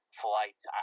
flights